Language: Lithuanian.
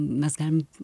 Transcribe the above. mes galim